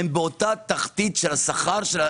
הקברנים הם באותה תחתית שכר,